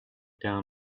down